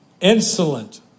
insolent